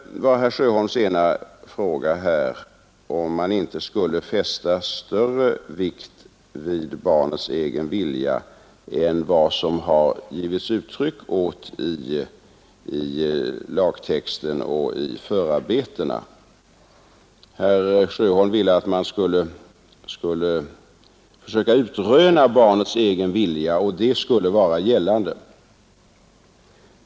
Herr Sjöholms senare fråga gällde huruvida man inte skulle kunna fästa större vikt vid barnets egen vilja än vad som har givits uttryck åt i lagtexten och i förarbetena till lagen. Herr Sjöholm ville att man skulle försöka utreda barnets egen vilja och att den sedan skulle vara gällande.